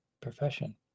profession